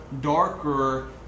darker